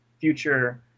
future